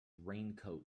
raincoat